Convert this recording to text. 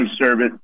service